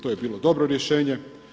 To je bilo dobro rješenje.